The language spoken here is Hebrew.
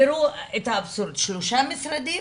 תראו את האבסורד, שלושה משרדים,